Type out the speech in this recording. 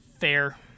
fair